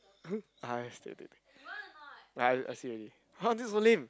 I had like I see already !huh! this is so lame